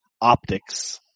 optics